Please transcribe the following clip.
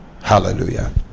hallelujah